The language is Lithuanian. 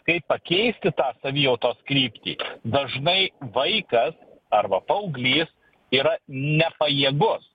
kaip pakeisti tą savijautos kryptį dažnai vaikas arba paauglys yra nepajėgus